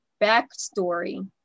backstory